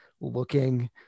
looking